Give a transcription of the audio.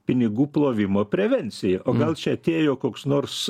pinigų plovimo prevencija o gal čia atėjo koks nors